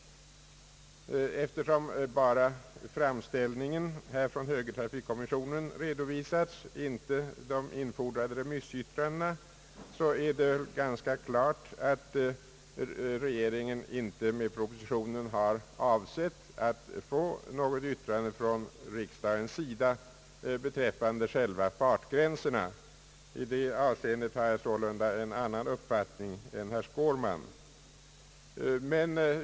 Eftersom bara högertrafikkommissionens framställning redovisas och inte de infordrade remissyttrandena, är det ganska klart att regeringen med pro positionen inte har avsett att från riksdagen få något yttrande beträffande själva fartgränserna. I detta avseende har jag sålunda en annan uppfattning än herr Skårman.